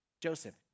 Joseph